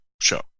show